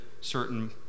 certain